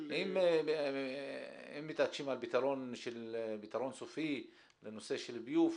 --- אם מתעקשים על פתרון סופי בנושא של ביוב,